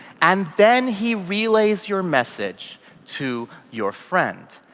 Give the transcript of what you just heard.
and then he relays your message to your friend.